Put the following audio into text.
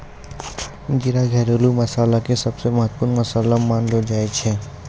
जीरा घरेलू मसाला के सबसॅ महत्वपूर्ण मसाला मानलो जाय छै